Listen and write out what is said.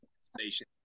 station